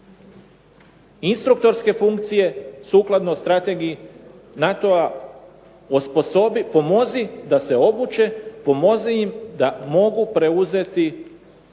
instruktorske funkcije sukladno strategiji NATO-a, pomozi da se obuče, pomozi im da mogu preuzeti